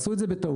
עשו את זה בטעות,